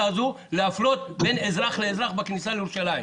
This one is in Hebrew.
הזו להפלות בין אזרח לאזרח בכניסה לירושלים.